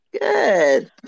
Good